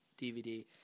DVD